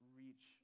reach